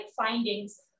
findings